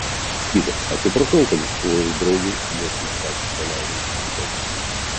paklausykite atsiprašau kad išklojau draugei jog jus ką tik paleido iš cypės